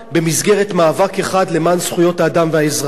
במסגרת מאבק אחד למען זכויות האדם והאזרח.